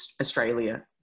australia